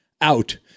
out